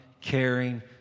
caring